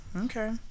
Okay